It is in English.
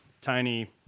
tiny